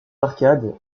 arcades